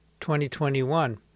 2021